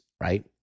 right